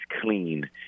clean